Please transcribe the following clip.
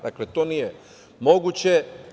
Dakle, to nije moguće.